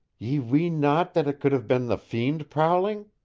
ye ween not that it could have been the fiend prowling?